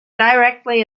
directly